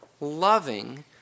loving